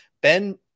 Ben